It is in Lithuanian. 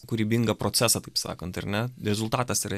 kūrybingą procesą taip sakant ar ne rezultatas yra